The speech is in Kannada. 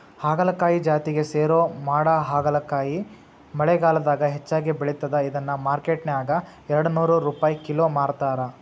ಹಾಗಲಕಾಯಿ ಜಾತಿಗೆ ಸೇರೋ ಮಾಡಹಾಗಲಕಾಯಿ ಮಳೆಗಾಲದಾಗ ಹೆಚ್ಚಾಗಿ ಬೆಳಿತದ, ಇದನ್ನ ಮಾರ್ಕೆಟ್ನ್ಯಾಗ ಎರಡನೂರ್ ರುಪೈ ಕಿಲೋ ಮಾರ್ತಾರ